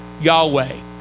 Yahweh